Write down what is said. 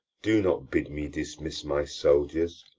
do not bid me dismiss my soldiers,